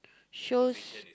shows